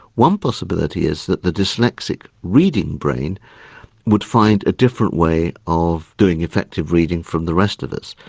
one possibility is that the dyslexic reading brain would find a different way of doing effective reading from the rest of us.